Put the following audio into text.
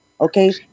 Okay